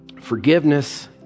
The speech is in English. Forgiveness